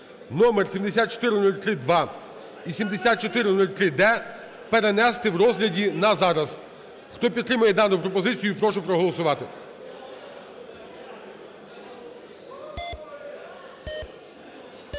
№ 7403-2 і 7403-д, перенести в розгляді на зараз. Хто підтримує дану пропозицію, прошу проголосувати.